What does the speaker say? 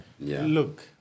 Look